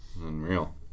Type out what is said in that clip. Unreal